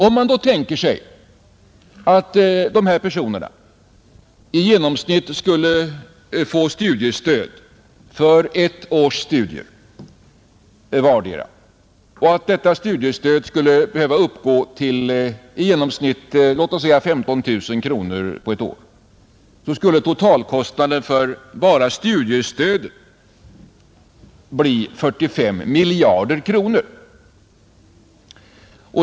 Om man då tänker sig att dessa personer i genomsnitt skulle erhålla studiestöd för ett års studier vardera och att detta studiestöd skulle behöva uppgå till i genomsnitt 15 000 kronor per år, blir totalkostnaden för enbart studiestödet 45 miljarder kronor.